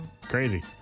Crazy